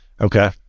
okay